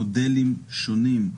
מודלים שונים,